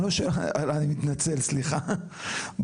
אני מתנצל סליחה,